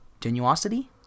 Genuosity